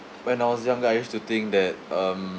when I was younger I used to think that um